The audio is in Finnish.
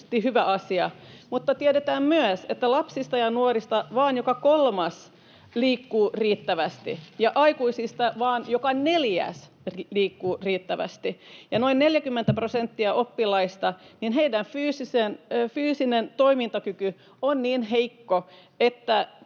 tiedetään myös, että lapsista ja nuorista vain joka kolmas liikkuu riittävästi, aikuisista vain joka neljäs liikkuu riittävästi ja noin 40 prosentilla oppilaista fyysinen toimintakyky on niin heikko, että